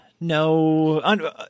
no